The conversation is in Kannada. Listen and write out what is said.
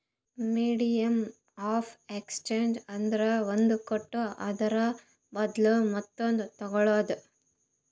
ಮೀಡಿಯಮ್ ಆಫ್ ಎಕ್ಸ್ಚೇಂಜ್ ಅಂದ್ರ ಒಂದ್ ಕೊಟ್ಟು ಅದುರ ಬದ್ಲು ಮತ್ತೊಂದು ತಗೋಳದ್